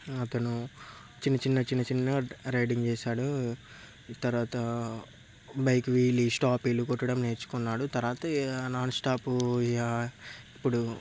అతను చిన్న చిన్న చిన్న చిన్న రైడింగ్ చేశాడు తర్వాత బైక్ వీలు స్టాఫీలు కొట్టడం నేర్చుకున్నాడు తర్వాత నాన్ స్టాప్ ఇప్పుడు